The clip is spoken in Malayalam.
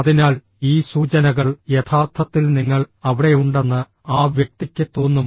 അതിനാൽ ഈ സൂചനകൾ യഥാർത്ഥത്തിൽ നിങ്ങൾ അവിടെയുണ്ടെന്ന് ആ വ്യക്തിക്ക് തോന്നും